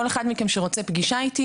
כל אחד מכם שרוצה פגישה איתי,